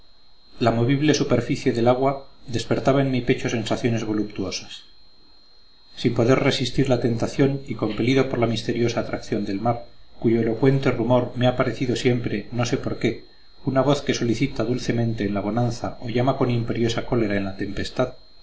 la movible superficie del agua despertaba en mi pecho sensaciones voluptuosas sin poder resistir la tentación y compelido por la misteriosa atracción del mar cuyo elocuente rumor me ha parecido siempre no sé por qué una voz que solicita dulcemente en la bonanza o llama con imperiosa cólera en la tempestad